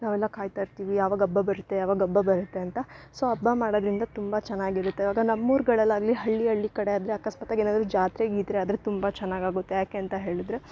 ನಾವೆಲ್ಲ ಕಾಯ್ತ ಇರ್ತಿವಿ ಯಾವಾಗ ಹಬ್ಬ ಬರುತ್ತೆ ಯಾವಾಗ ಹಬ್ಬ ಬರುತ್ತೆ ಅಂತ ಸೊ ಹಬ್ಬ ಮಾಡೋದ್ರಿಂದ ತುಂಬ ಚೆನ್ನಾಗಿರುತ್ತೆ ಅವಾಗ ನಮ್ಮೂರುಗಳಾಗ್ಲಿ ಹಳ್ಳಿ ಹಳ್ಳಿ ಕಡೆ ಆದರೆ ಅಕಸ್ಮಾತಗಿ ಏನಾದರು ಜಾತ್ರೆ ಗೀತ್ರೆ ಆದರೆ ತುಂಬ ಚೆನ್ನಾಗ್ ಆಗುತ್ತೆ ಯಾಕೆ ಅಂತ ಹೇಳಿದ್ರೆ